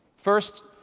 first,